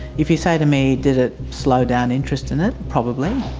if you say to me did it slow down interest in it? probably.